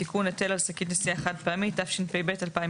(2)בכל מקום במקום "קמעונאי גדול" יבוא "עוסק".